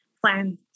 plan